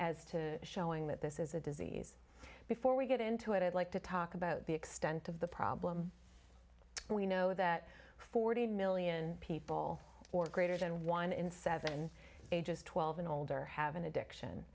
as to showing that this is a disease before we get into it i'd like to talk about the extent of the problem we know that forty million people or greater than one in seven ages twelve and older have an addiction